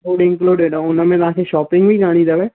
food included ऐं उन में तव्हां खे शॉपिंग बि करिणी अथव